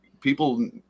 people